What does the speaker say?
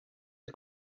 are